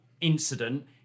incident